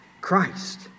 Christ